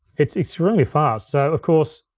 it's extremely fast, so of course,